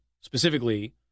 specifically